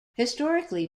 historically